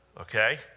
okay